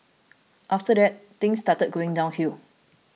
after that things started going downhill